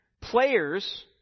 players